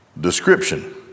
description